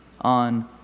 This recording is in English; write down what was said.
on